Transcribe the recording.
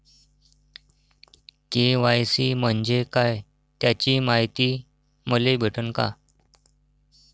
KYC म्हंजे काय त्याची मायती मले भेटन का?